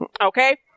Okay